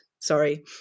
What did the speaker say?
sorry